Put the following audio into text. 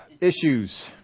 issues